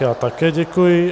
Já také děkuji.